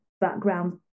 background